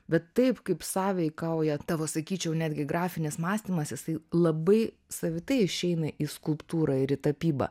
bet taip kaip sąveikauja tavo sakyčiau netgi grafinis mąstymas jisai labai savitai išeina į skulptūrą ir tapyba